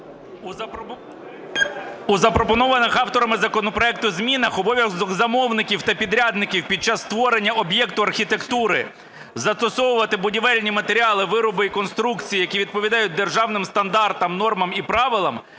У запропонованих авторами законопроекту змінах обов'язок замовників та підрядників під час створення об'єкту архітектури застосовувати будівельні матеріали, вироби і конструкції, які відповідають державним стандартам, нормам і правилам,